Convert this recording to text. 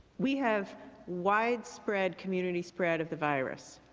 we have widespread community spread of the virus.